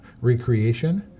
recreation